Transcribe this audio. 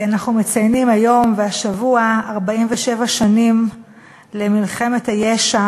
אנחנו מציינים היום והשבוע 47 שנים למלחמת הישע